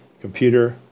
computer